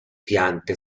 piante